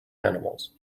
animals